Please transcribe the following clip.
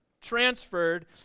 transferred